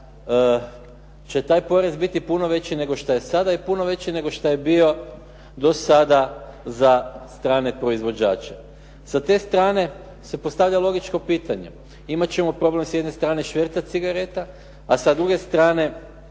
da će taj porez biti puno veći nego što je sada i puno veći nego što je bio do sada za strane proizvođače. Sa te strane se postavlja logičko pitanje. Imat ćemo s jedne strane šverca cigareta, a sa druge strana